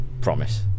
promise